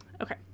Okay